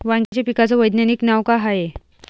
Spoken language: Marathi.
वांग्याच्या पिकाचं वैज्ञानिक नाव का हाये?